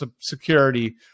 security